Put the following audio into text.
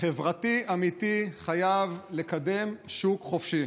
חברתי אמיתי חייב לקדם שוק חופשי.